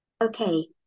Okay